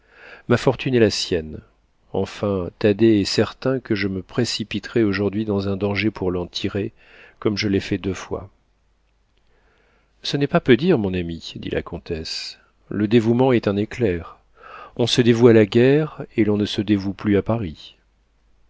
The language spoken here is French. ma fortune est la sienne enfin thaddée est certain que je me précipiterais aujourd'hui dans un danger pour l'en tirer comme je l'ai fait deux fois ce n'est pas peu dire mon ami dit la comtesse le dévouement est un éclair on se dévoue à la guerre et l'on ne se dévoue plus à paris